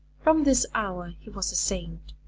from this hour he was a saint.